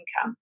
income